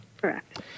Correct